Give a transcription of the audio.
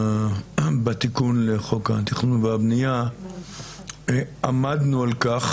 בתיקון לחוק התכנון והבנייה, עמדנו על כך